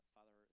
Father